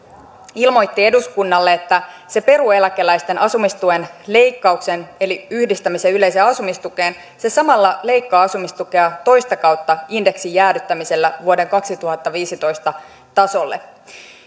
ilmoitti eduskunnalle että se peruu eläkeläisten asumistuen leikkauksen eli yhdistämisen yleiseen asumistukeen se leikkaa asumistukea toista kautta indeksin jäädyttämisellä vuoden kaksituhattaviisitoista tasolle